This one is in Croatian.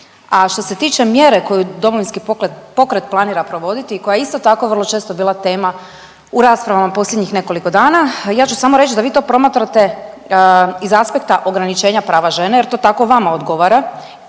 a što se tiče mjere koju DP planira provoditi i koja je isto tako vrlo često bila tema u raspravama posljednjih nekoliko dana, ja ću samo reć da vi to promatrate iz aspekta ograničenja prava žene jer to tako vama odgovara.